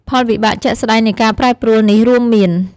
ផលវិបាកជាក់ស្តែងនៃការប្រែប្រួលនេះរួមមាន៖